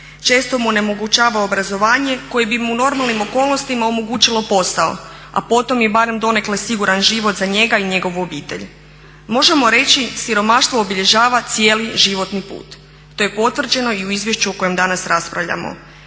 Često mu onemogućava obrazovanje koje bi u mu u normalnim okolnostima omogućilo posao, a potom i barem donekle siguran život za njega i njegovu obitelj. Možemo reći, siromaštvo obilježava cijeli životni put, to je potvrđeno i u izvješću o kojem danas raspravljamo.